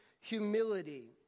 humility